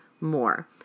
more